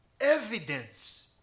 evidence